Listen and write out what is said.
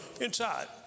Inside